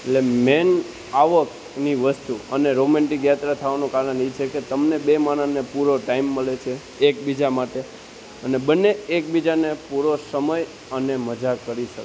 એટલે મેઈન આવકની વસ્તુ અને રોમેન્ટિક યાત્રા થવાનું કારણ એ છે કે તમને બે માણસને પૂરો ટાઈમ મળે છે એકબીજા માટે અને બંને એકબીજાને પૂરો સમય અને મજા કરી શકે